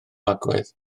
agwedd